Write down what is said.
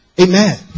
Amen